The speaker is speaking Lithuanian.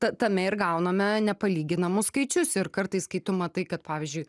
ta tame ir gauname nepalyginamus skaičius ir kartais kai tu matai kad pavyzdžiui